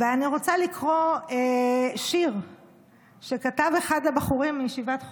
אני רוצה לקרוא שיר שכתב אחד הבחורים מישיבת חומש,